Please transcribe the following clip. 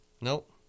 Nope